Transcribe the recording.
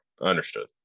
understood